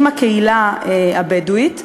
עם הקהילה הבדואית,